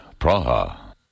Praha